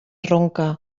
ronca